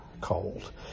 cold